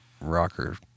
rocker